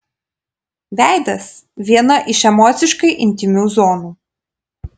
veidas viena iš emociškai intymių zonų